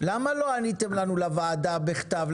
למה לא עניתם לנו לוועדת הכלכלה בכתב?